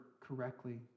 correctly